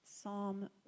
Psalm